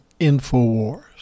InfoWars